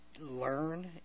learn